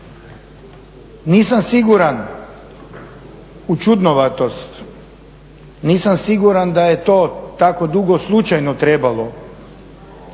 Nisam siguran u čudnovatost, nisam siguran da je to tako dugo slučajno trebalo,